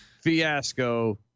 fiasco